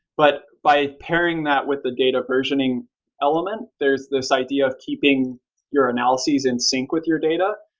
but by pairing that with the data versioning element, there's this idea of keeping your analyses in sync with your data.